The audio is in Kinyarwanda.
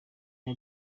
bya